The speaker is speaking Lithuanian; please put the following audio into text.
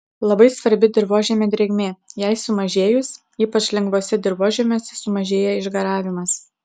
labai svarbi dirvožemio drėgmė jai sumažėjus ypač lengvuose dirvožemiuose sumažėja išgaravimas